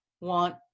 want